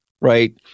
right